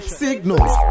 signals